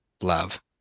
Love